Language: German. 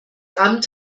amt